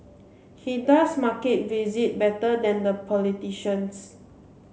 he does market visit better than the politicians